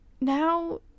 now